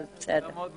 אבל תודה.